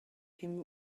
him